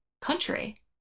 country